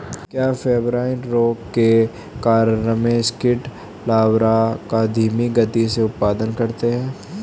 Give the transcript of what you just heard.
क्या पेब्राइन रोग के कारण रेशम कीट लार्वा का धीमी गति से उत्पादन करते हैं?